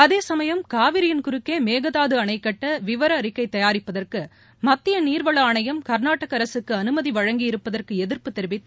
அதேசமயம் காவிரியின் குறுக்கே மேகதாது அணை கட்ட விவர அறிக்கை தயாரிப்பதற்கு மத்திய நீர்வள ஆணையம் கர்நாடக அரசுக்கு அனுமதி வழங்கியிருப்பதற்கு எதிர்ப்பு தெரிவித்து